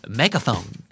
megaphone